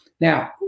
Now